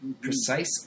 Precise